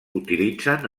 utilitzen